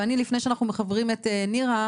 ואני לפני שאנחנו מחברים את נירה,